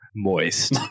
Moist